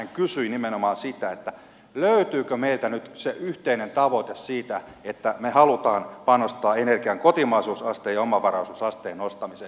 hän kysyi nimenomaan sitä löytyykö meiltä nyt se yhteinen tavoite siitä että me haluamme panostaa energian kotimaisuusasteen ja omavaraisuusasteen nostamiseen